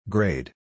Grade